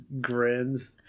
grins